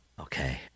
Okay